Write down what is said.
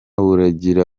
buragira